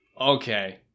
Okay